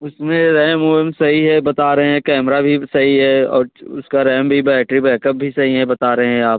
उसमें रैम वैम सही है बता रहे हैं कैमरा भी सही है और उसका रैम भी बैटरी बैकअप भी सही है बता रहे हैं आप